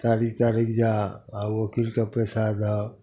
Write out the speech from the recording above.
तारिख तारिख जा आओर ओकिलके पइसा दहऽ